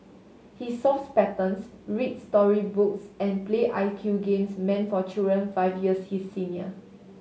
he solves patterns reads story books and play I Q games meant for children five years his senior